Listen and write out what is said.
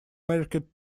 market